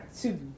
two